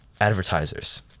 advertisers